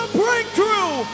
breakthrough